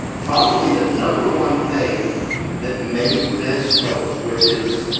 probably the number one thing that made this coach, which is,